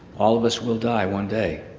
all of us will die one day.